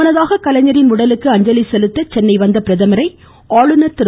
முன்னதாக கலைஞரின் உடலுக்கு அஞ்சலி செலுத்த சென்னை வந்த பிரதமரை ஆளுநர் திரு